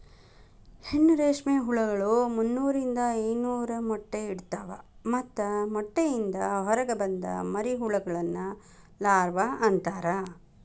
ಹೆಣ್ಣು ರೇಷ್ಮೆ ಹುಳಗಳು ಮುನ್ನೂರಿಂದ ಐದನೂರ ಮೊಟ್ಟೆ ಇಡ್ತವಾ ಮತ್ತ ಮೊಟ್ಟೆಯಿಂದ ಹೊರಗ ಬಂದ ಮರಿಹುಳಗಳನ್ನ ಲಾರ್ವ ಅಂತಾರ